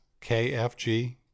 KFG